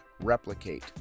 replicate